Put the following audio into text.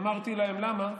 אמרתי להם: למה?